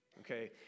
okay